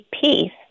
peace